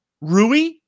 Rui